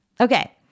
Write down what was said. Okay